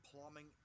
plumbing